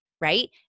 right